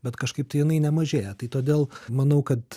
bet kažkaip tai jinai nemažėja tai todėl manau kad